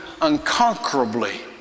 unconquerably